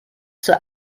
zur